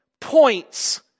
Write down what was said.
points